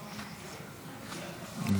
בבקשה.